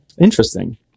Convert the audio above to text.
Interesting